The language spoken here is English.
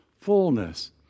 fullness